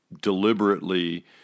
deliberately